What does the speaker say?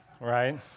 right